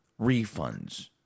refunds